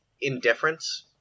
indifference